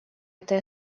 этой